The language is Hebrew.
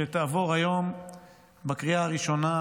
שתעבור היום בקריאה הראשונה,